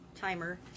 timer